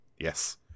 Yes